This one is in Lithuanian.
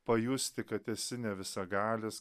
pajusti kad esi ne visagalis